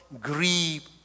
grieve